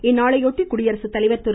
இந்நாளையொட்டி குடியரசுத்தலைவர் திரு